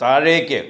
താഴേക്ക്